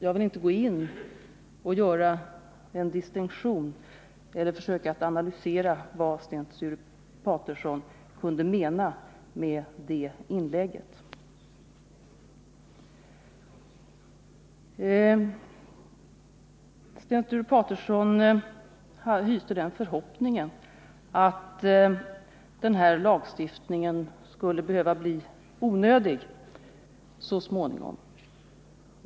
Jag vill inte göra någon distinktion eller försöka analysera vad Sten Sture Paterson kunde mena med det inlägget. Sten Sture Paterson hyser förhoppningen att den här lagstiftningen skulle bli onödig så småningom.